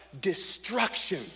Destruction